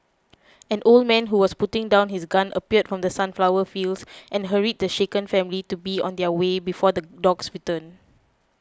an old man who was putting down his gun appeared from the sunflower fields and hurried the shaken family to be on their way before the dogs return